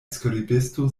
skribisto